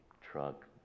truck